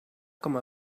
com